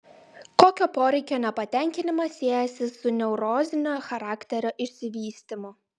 kokio poreikio nepatenkinimas siejasi su neurozinio charakterio išsivystymu